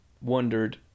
wondered